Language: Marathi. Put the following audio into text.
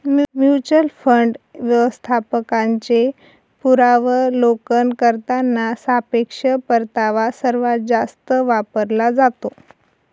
म्युच्युअल फंड व्यवस्थापकांचे पुनरावलोकन करताना सापेक्ष परतावा सर्वात जास्त वापरला जातो